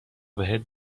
بهت